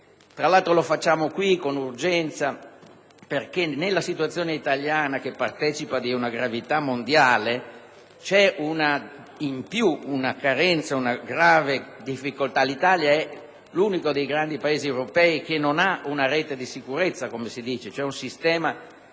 Tra l'altro, le avanziamo con urgenza perché nella situazione italiana, che risente della gravità mondiale, vi è in più una carenza, una grave difficoltà. L'Italia è l'unico dei grandi Paesi europei che non ha una rete di sicurezza, quale un sistema